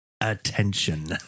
attention